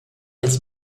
ils